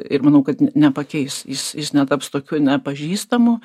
ir manau kad nepakeis jis jis netaps tokiu nepažįstamu